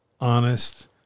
honest